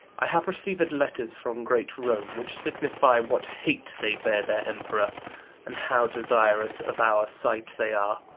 i have received letters from great rome which signifies what hate they bear their emperor and how desirous of our sight they are.